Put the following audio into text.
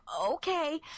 okay